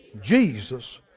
Jesus